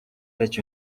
байж